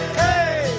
hey